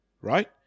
right